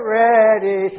ready